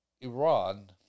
Iran